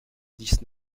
dix